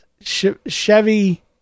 Chevy